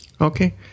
Okay